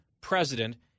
president